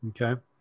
Okay